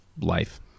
life